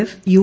F U